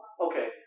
okay